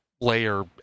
layer